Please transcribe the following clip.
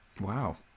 Wow